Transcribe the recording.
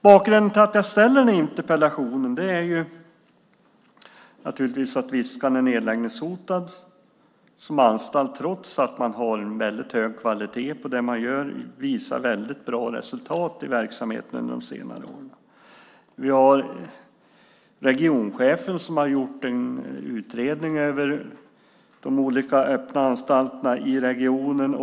Bakgrunden till att jag ställer interpellationen är naturligtvis att Viskan är nedläggningshotad som anstalt, trots att man har en hög kvalitet på det man gör och har visat bra resultat i verksamheten under senare år. Regionchefen har gjort en utredning över olika öppna anstalter i regionen.